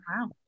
Wow